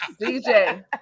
DJ